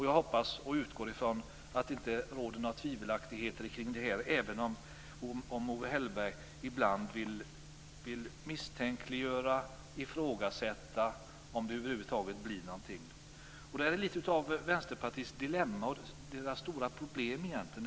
Jag hoppas och utgår ifrån att det inte råder några tvivelaktigheter om detta, även om Owe Hellberg ibland vill misstänkliggöra och ifrågasätta om det över huvud taget blir någon proposition. Det här är litet av Vänsterpartiets dilemma och stora problem egentligen.